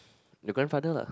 your grandfather lah